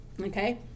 Okay